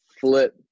flip